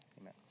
Amen